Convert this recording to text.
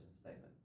statement